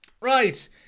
Right